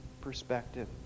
perspective